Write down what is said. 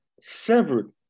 severed